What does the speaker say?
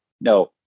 No